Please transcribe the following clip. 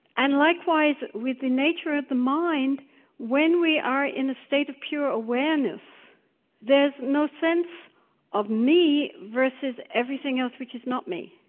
and likewise with the nature of the mind when we are in a state of pure awareness there's no sense of me versus everything else which is not me.